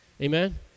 Amen